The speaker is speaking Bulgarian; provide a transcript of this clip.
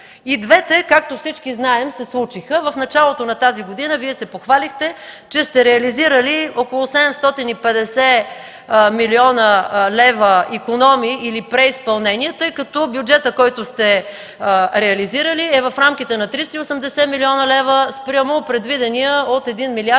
И двата, както всички знаем, се случиха. В началото на тази година Вие се похвалихте, че сте реализирали около 750 млн. лв. икономии или преизпълнение, тъй като бюджетът, който сте реализирали, е в рамките на 380 млн. лв. спрямо предвидения от 1 млрд.